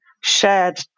shared